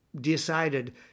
decided